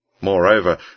Moreover